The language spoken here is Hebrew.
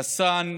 רסאן,